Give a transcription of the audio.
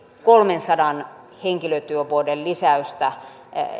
kolmensadan henkilötyövuoden lisäystä